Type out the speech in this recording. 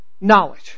Knowledge